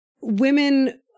women